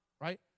right